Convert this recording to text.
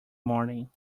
morning